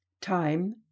Time